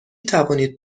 توانید